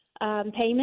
payment